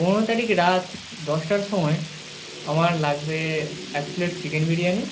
পনেরো তারিখ রাত দশটার সময় আমার লাগবে এক প্লেট চিকেন বিরিয়ানি